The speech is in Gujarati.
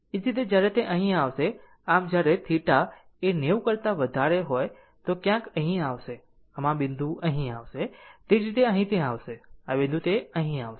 એ જ રીતે જ્યારે તે અહીં આવશે આમ જ્યારે θ એ 90 કરતા વધારે હોય તો ક્યાંક અહીં આવશે આમ આ બિંદુ અહીં આવશે તે જ રીતે જ્યારે તે અહીં આવશે આ બિંદુ અહીં આવશે